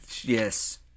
yes